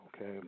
Okay